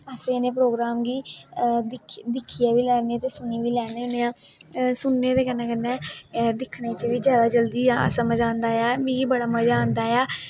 अस इनैं प्रोग्राम गी दिक्खी बी लैन्ने आं ते सुनी बी लैन्ने आं सुनने दे कन्नै कन्नै दिक्खनें च बी जल्दी समझ आंदा ऐ मिगी बड़ा मज़ा आंदा ऐ